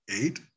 eight